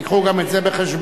תביאו גם את זה בחשבון.